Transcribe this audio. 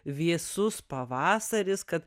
vėsus pavasaris kad